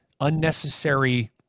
unnecessary